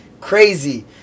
crazy